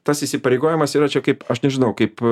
tas įsipareigojimas yra čia kaip aš nežinau kaip